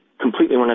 completely